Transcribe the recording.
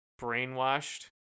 brainwashed